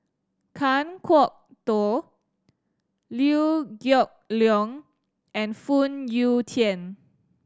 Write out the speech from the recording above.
Kan Kwok Toh Liew Geok Leong and Phoon Yew Tien